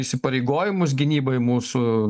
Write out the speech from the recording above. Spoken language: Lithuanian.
įsipareigojimus gynybai mūsų